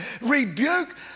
Rebuke